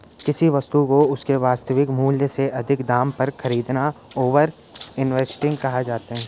किसी वस्तु को उसके वास्तविक मूल्य से अधिक दाम पर खरीदना ओवर इन्वेस्टिंग कहलाता है